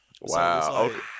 Wow